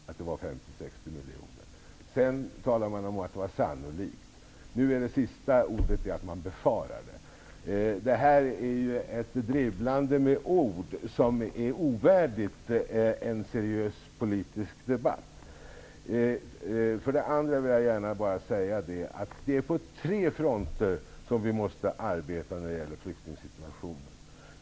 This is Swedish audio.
Herr talman! Jag bara konstaterar att man först påstod att kostnaderna var 50--60 miljoner. Sedan talade man om att det var ''sannolikt'' att kostnaderna var så höga. Nu är det senaste ordet att man ''befarar'' att de uppgår till det beloppet. Det här är ett dribblande med ord som är ovärdigt en seriös politisk debatt. Vi måste arbeta på tre fronter när det gäller flyktingsituationen.